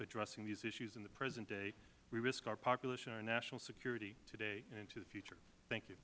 addressing these issues in the present day we risk our population and our national security today and into the future thank you